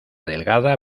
delgada